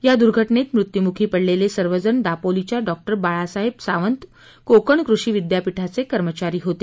या दुर्घटनेत मृत्युमुखी पडलेले सर्वजण दापोलीच्या डॉक्टर बाळासाहेब सावंत कोकण कृषी विद्यापीठाचे कर्मचारी होते